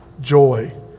joy